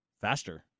faster